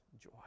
joy